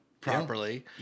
properly